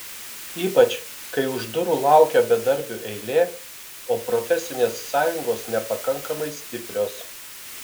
ypač kai už durų laukia bedarbių eilė o profesinės sąjungos nepakankamai stiprios